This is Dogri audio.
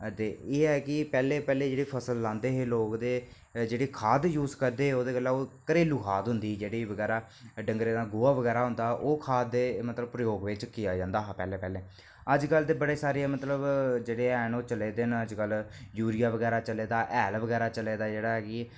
ते एह् है कि पैह्लें पैह्लें जेहड़े फसल लांदे हे लोक ते जेहड़ी खाद गी यूज करदे हे ओह् गल्ला ओह् घरेलू खाद होदीं ही जेहड़ी बगैरा डंगरें दा गोहा बगैरा होंदा हा ओह् खाद ते मतलब प्रयोग बिच् कीता जादा हा पैह्लें पैह्लें अजकल ते बड़े सारे मतलब जेहड़े हैन ओह् चले दे ना अजकल यूरिया बगैरा चले दा हैल बगेरा चले दा जेहडा कि